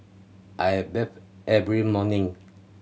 I bathe every morning